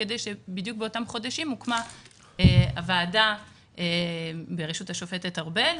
בדיוק באותם חודשים הוקמה הוועדה בראשות השופטת ארבל,